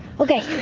okay.